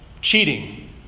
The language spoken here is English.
cheating